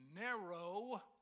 narrow